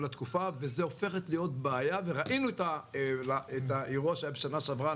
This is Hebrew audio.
התקופה וזאת הופכת להיות בעיה וראינו את האירוע שהיה בשנה שעברה,